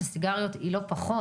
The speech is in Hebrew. פליטה של סיגריות היא לא פחות.